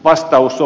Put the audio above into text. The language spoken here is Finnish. vastaus on